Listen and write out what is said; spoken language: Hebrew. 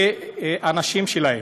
והנשים שלהם,